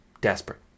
desperate